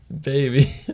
Baby